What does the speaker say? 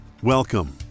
Welcome